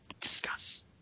Discuss